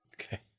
Okay